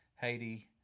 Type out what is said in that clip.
Haiti